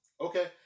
Okay